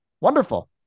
Wonderful